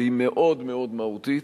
והיא מאוד מאוד מהותית: